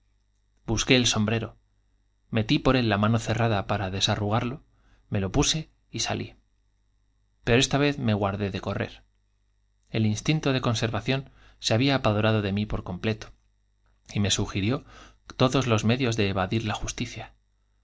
busqué el sombrero metí por él la mano cerrada para desarrugarlo me lo puse y salí pero esta vez me guardé de correr el instinto de conservación se había apoderado de mí por completo me sugirió todos los medios de evadir la justicia